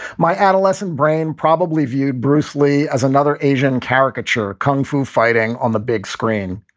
my adolescent brain probably viewed bruce lee as another asian caricature. kung fu fighting on the big screen.